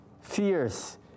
fierce